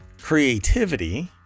Creativity